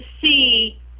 see